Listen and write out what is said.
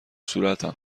صورتم